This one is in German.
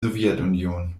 sowjetunion